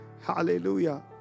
Hallelujah